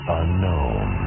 unknown